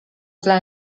dla